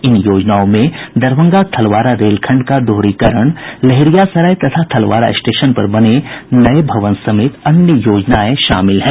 इन योजनाओं में दरभंगा थलवारा रेलखंड का दोहरीकरण लहेरियासराय तथा थलवारा स्टेशन पर बने नये भवन समेत अन्य योजनाएं शामिल हैं